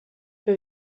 que